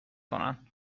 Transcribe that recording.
کنن